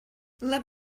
let